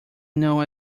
know